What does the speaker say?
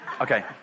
Okay